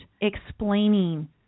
explaining